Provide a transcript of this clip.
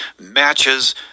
matches